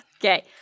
okay